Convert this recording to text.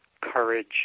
courage